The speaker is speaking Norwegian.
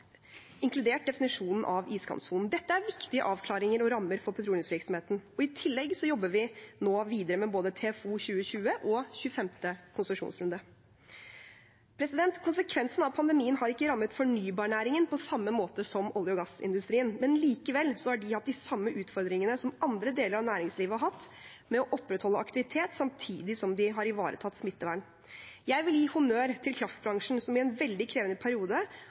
tillegg jobber vi nå videre med både TFO 2020 og 25. konsesjonsrunde. Konsekvensen av pandemien har ikke rammet fornybarnæringen på samme måte som olje- og gassindustrien, men likevel har de hatt de samme utfordringene som andre deler av næringslivet med å opprettholde aktivitet samtidig som de har ivaretatt smittevernet. Jeg vil gi honnør til kraftbransjen, som i en veldig krevende periode